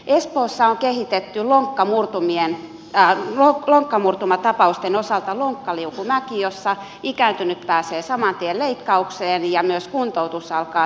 espoossa on kehitetty lonkkamurtumatapausten osalta lonkkaliukumäki jossa ikääntynyt pääsee saman tien leikkaukseen ja myös kuntoutus alkaa saman tien